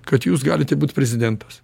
kad jūs galite būt prezidentas